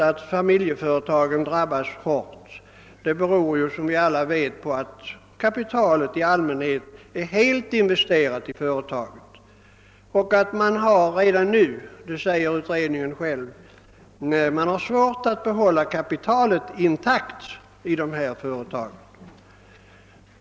Att familjeföretagen drabbas hårt beror, som vi alla vet, på att kapitalet i allmänhet är helt investerat i företaget. Man har redan nu — det säger utredningen själv — svårt att behålla kapitalet intakt i dessa företag.